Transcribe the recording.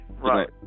Right